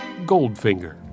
Goldfinger